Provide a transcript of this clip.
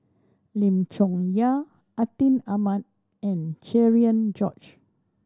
Lim Chong Yah Atin Amat and Cherian George